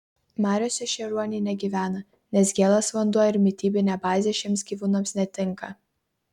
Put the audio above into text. mariose šie ruoniai negyvena nes gėlas vanduo ir mitybinė bazė šiems gyvūnams netinka